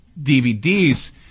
dvds